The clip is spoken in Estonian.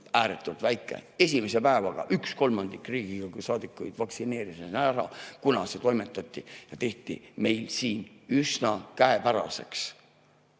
ääretult väike. Esimese päevaga üks kolmandik Riigikogu saadikuid vaktsineeris end ära, kuna see [vaktsiin] toimetati siia ja tehti meil siin üsna käepäraseks.